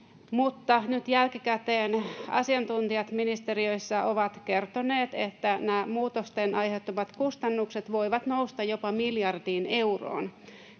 mutta nyt jälkikäteen asiantuntijat ministeriöissä ovat kertoneet, että nämä muutosten aiheuttamat kustannukset voivat nousta jopa miljardiin euroon,